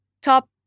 top